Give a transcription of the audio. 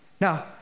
Now